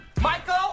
Michael